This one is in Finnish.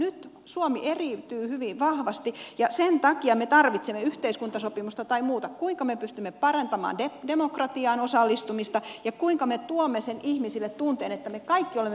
nyt suomi eriytyy hyvin vahvasti ja sen takia me tarvitsemme yhteiskuntasopimusta tai muuta siinä kuinka me pystymme parantamaan demokratiaan osallistumista ja kuinka me tuomme ihmisille sen tunteen että me kaikki olemme merkityksellisiä